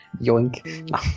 Yoink